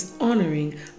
honoring